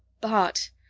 bart!